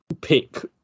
pick